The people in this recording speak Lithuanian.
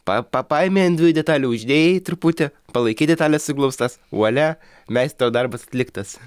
pa pa paėmei ant dviejų detalių uždėjai truputį palaikai detales suglaustas vualia meistro darbas atliktas